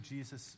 Jesus